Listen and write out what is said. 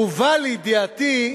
הובא לידיעתי,